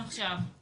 בעניין הפיצויים,